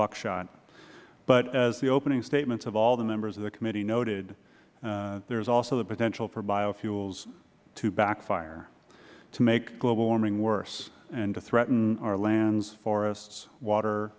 buckshot but as opening statements of all the members of the committee noted there is also the potential for biofuels to backfire to make global warming worse and to threaten our lands forests water